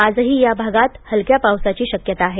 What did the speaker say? आजही या भागात हलक्या पावसाची शक्यता आहे